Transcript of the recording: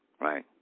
right